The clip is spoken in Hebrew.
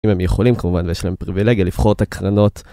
אם הם יכולים, כמובן, ויש להם פריבילגיה, לבחור את הקרנות.